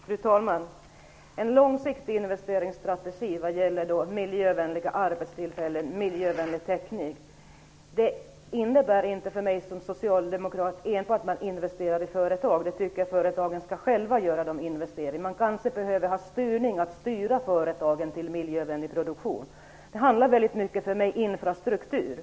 Fru talman! En långsiktig investeringsstrategi vad gäller miljövänliga arbetstillfällen och miljövänlig teknik innebär för mig som socialdemokrat inte enbart att man investerar i företag. Jag tycker att företagen själva skall göra investeringarna. Men kanske behövs det en styrning för att styra företagen mot en miljövänlig produktion. Det handlar väldigt mycket, anser jag, om infrastrukturen.